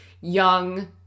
young